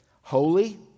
holy